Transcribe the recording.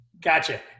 Gotcha